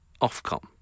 Ofcom